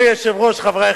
אם כן, רבותי,